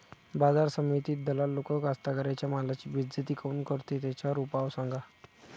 बाजार समितीत दलाल लोक कास्ताकाराच्या मालाची बेइज्जती काऊन करते? त्याच्यावर उपाव सांगा